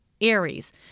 Aries